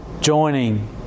joining